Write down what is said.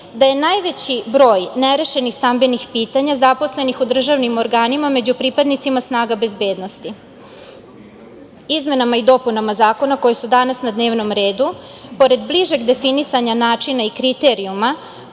da je najveći broj nerešenih stambenih pitanja zaposlenih u državnim organima među pripadnicima snaga bezbednosti. Izmenama i dopunama zakona koje su danas na dnevnom redu, pored bližeg definisanja načina i kriterijuma